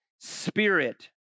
spirit